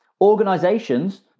organizations